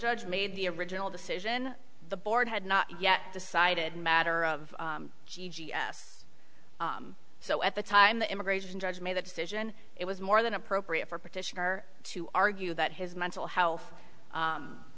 judge made the original decision the board had not yet decided matter of g g s so at the time the immigration judge made that decision it was more than appropriate for petitioner to argue that his mental health